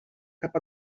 cap